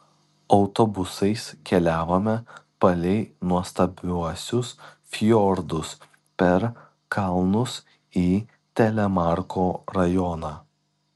autobusais keliavome palei nuostabiuosius fjordus per kalnus į telemarko rajoną